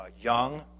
young